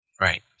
right